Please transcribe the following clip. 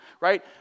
right